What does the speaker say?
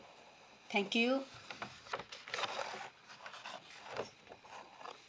thank you